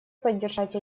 поддержать